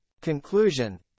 Conclusion